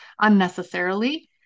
unnecessarily